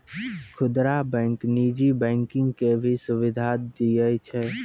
खुदरा बैंक नीजी बैंकिंग के भी सुविधा दियै छै